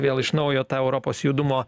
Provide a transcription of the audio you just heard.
vėl iš naujo tą europos judumo